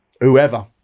Whoever